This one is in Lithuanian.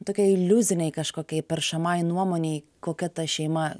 tokiai iliuzinei kažkokiai peršamai nuomonei kokia ta šeima